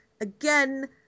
again